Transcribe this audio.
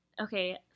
Okay